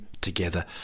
together